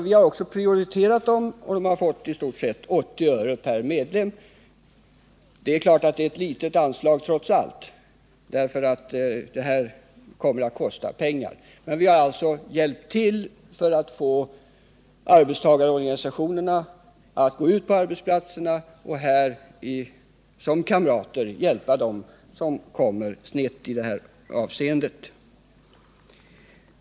Vi har också prioriterat dem, så att de i stort sett har fått 80 öre per medlem. Det är klart att det trots allt är ett litet anslag, eftersom det här kommer att kosta pengar. Men vi vill alltså hjälpa till, så att arbetstagarorganisationerna kan gå ut på arbetsplatserna och kamratligt hjälpa dem som kommit snett i det här avseendet. 4.